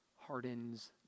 hardens